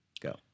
Go